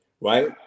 right